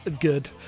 good